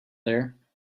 there